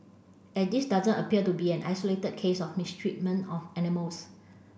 and this doesn't appear to be an isolated case of mistreatment of animals